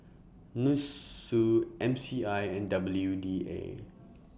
Nussu M C I and W D A